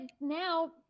now